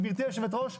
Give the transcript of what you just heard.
גברתי היושבת-ראש,